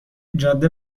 جاده